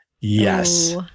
Yes